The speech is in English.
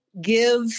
give